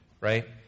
right